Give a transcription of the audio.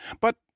but